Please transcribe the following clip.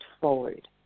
forward